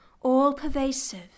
all-pervasive